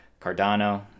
Cardano